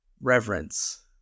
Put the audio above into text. reverence